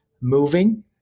moving